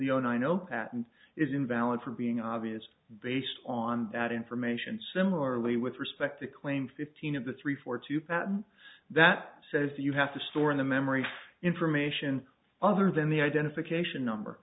patent is invalid for being obvious based on that information similarly with respect to claim fifteen of the three four to patent that says you have to store in the memory information other than the identification number